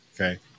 Okay